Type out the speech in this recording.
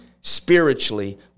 spiritually